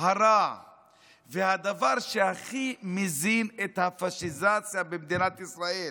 הרע והדבר שהכי מזין את הפשיזציה במדינת ישראל